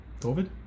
COVID